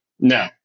no